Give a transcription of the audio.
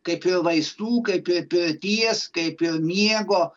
kaip ir vaistų kaip ir pirties kaip ir miego